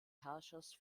herrschers